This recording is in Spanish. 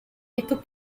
estos